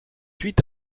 huit